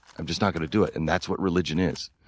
i'm just not gonna do it. and that's what religion is.